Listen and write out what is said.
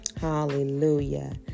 Hallelujah